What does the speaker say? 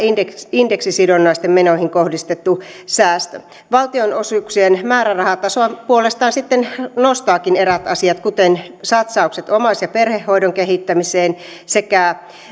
indeksisidonnaisiin menoihin kohdistettu säästö valtionosuuksien määrärahan tasoa puolestaan sitten nostavatkin eräät asiat kuten satsaukset omais ja perhehoidon kehittämiseen sekä